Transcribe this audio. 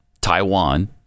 Taiwan